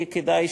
כי כדאי